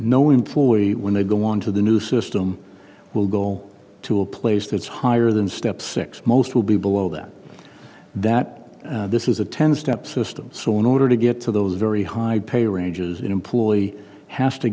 forward when they go on to the new system will go to a place that's higher than step six most will be below that that this is a ten step system so in order to get to those very high pay ranges it employee has to